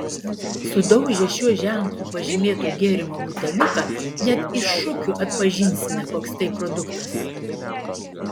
sudaužę šiuo ženklu pažymėto gėrimo buteliuką net iš šukių atpažinsime koks tai produktas